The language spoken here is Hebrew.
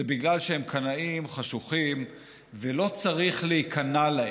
זה בגלל שהם קנאים חשוכים ולא צריך להיכנע להם.